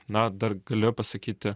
na dar galiu pasakyti